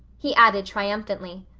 he added triumphantly,